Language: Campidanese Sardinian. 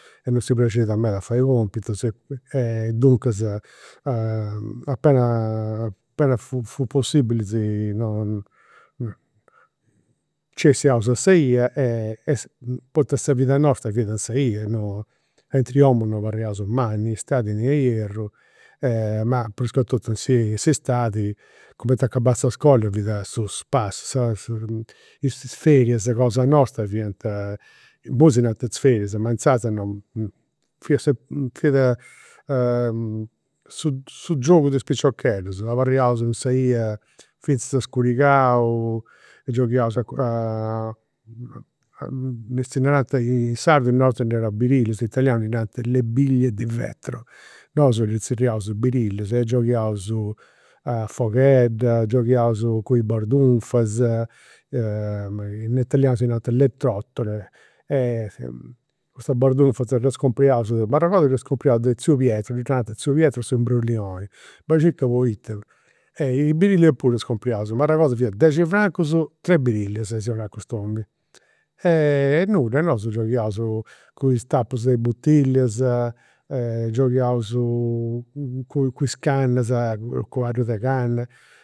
Non si praxit meda fai is compitus e duncas a appena appena fut possibili nci 'essiaus a sa ia, poita sa vida nostra fiat in sa 'ia, aintr'e 'omu non abarriaus mai, nì istadi nì ierru, ma pruscatotu in s'istadi, cumenti acabat sa iscola, fiat su spassiu. Is ferias cosa nostras fiant, imui si nant is ferias ma inzaras non, fiat su su giogu de is piciocheddus. Abarraiaus in sa 'ia finzas a scurigau, giogaiaus a a, si narant, in sardu nosu ddi naraus i' birillias, in italianu ddi nant le biglie di vetro. Nosu ddi zerriaus birillias e gioghiaus a foghedda, gioghiaus cun i' bardunfas, in italianu si nant le trottole. Custas bardunfas ddas compriaus, m'arregodu ddas compriaus de tziu Pietru, ddi narant tziu Pietru s'imbrollioni, bai e circa poita. I' birillias puru compriaus, m'arregodu fiat dexi francus tres birillias si 'onat cust'omini. Nudda, nosu gioghiaus cun is tappus de i' butillias, gioghiaus cun cun is cannas, cuaddu de canna